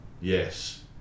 Yes